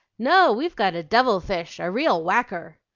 no, we've got a devil-fish, a real whacker.